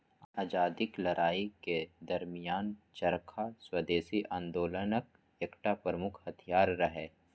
आजादीक लड़ाइ के दरमियान चरखा स्वदेशी आंदोलनक एकटा प्रमुख हथियार रहै